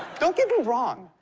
don't get me wrong.